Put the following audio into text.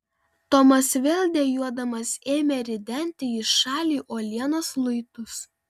tomas vėl dejuodamas ėmė ridenti į šalį uolienos luitus